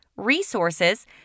resources